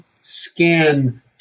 scan